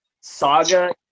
Saga